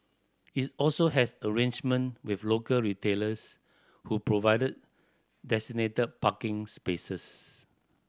is also has arrangement with local retailers who provided designated parking spaces